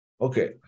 Okay